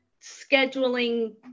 scheduling